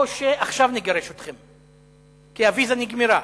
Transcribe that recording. או שעכשיו נגרש אתכן, כי הוויזה נגמרה.